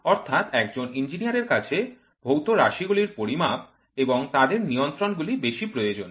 অর্থাৎ একজন ইঞ্জিনিয়ারের কাছে ভৌত রাশি গুলির পরিমাপ এবং তাদের নিয়ন্ত্রণগুলি বেশি প্রয়োজন